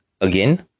again